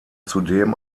zudem